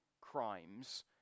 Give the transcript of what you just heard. crimes